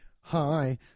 Hi